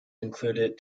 included